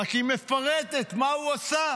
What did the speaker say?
היא רק מפרטת מה הוא עשה.